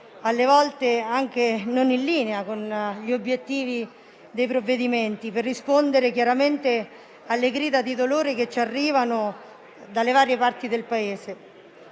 alle volte anche non in linea con gli obiettivi dei provvedimenti, per rispondere alle grida di dolore che ci arrivano dalle varie parti del Paese.